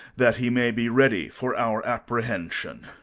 that he may be ready for our apprehension.